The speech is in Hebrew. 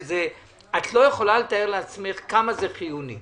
את לא יכולה לתאר לעצמך כמה זה חיוני.